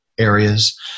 areas